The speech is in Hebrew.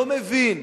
לא מבין.